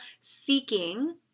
seeking